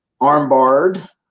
armbarred